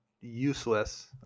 useless